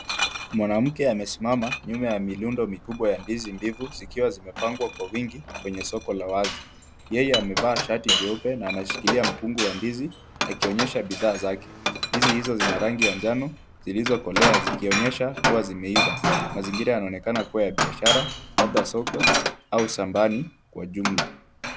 Mwanamke amesimama nyuma ya milundo mikubwa ya ndizi mbivu zikiwa zimepangwa kwa wingi kwenye soko la wazi. Yeye amevaa shati jeupe na anashikilia mkungu wa ndizi akionyesha bidhaa zake. Ndizi hizo zina rangi ya njano zilizokolea zikionyesha kuwa zimeiva. Mazingira yanaonekana kuwa ya biashara labda soko au shambani kwa jumla.